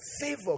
favor